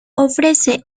ofrece